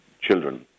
children